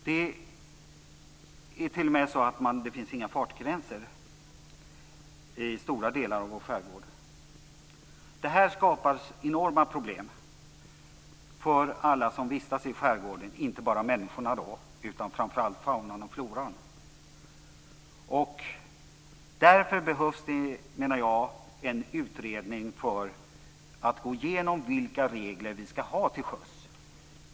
Det är t.o.m. så att det inte finns några fartgränser i stora delar av vår skärgård. Detta skapar enorma problem för alla som vistas i skärgården, inte bara för människorna utan framför allt för faunan och floran. Därför menar jag att det behövs en utredning för att gå igenom vilka regler vi ska ha till sjöss.